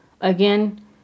Again